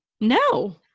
No